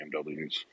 BMWs